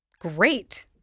Great